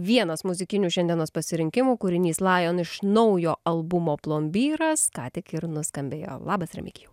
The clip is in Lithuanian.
vienas muzikinių šiandienos pasirinkimų kūrinys lion iš naujo albumo plombyras ką tik ir nuskambėjo labas remigijau